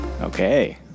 Okay